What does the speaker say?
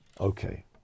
Okay